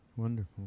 Wonderful